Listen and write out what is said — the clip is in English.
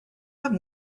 have